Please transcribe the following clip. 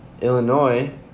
Illinois